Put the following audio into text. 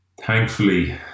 Thankfully